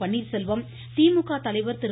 பன்னீர்செல்வம் திமுக தலைவர் திரு